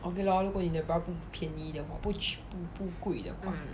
okay lor 如果你的 bra 不便宜不不贵的话